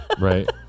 right